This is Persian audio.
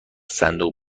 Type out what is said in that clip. صندوق